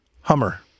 hummer